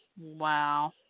Wow